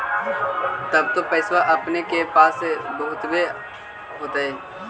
तब तो पैसबा अपने के पास बहुते आब होतय?